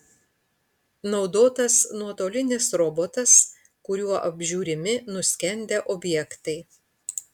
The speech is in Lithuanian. naudotas nuotolinis robotas kuriuo apžiūrimi nuskendę objektai